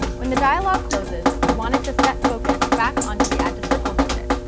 when the dialog closes we want it to set focus back onto the add to circles widget,